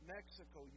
Mexico